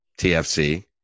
TFC